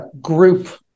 group